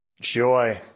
Joy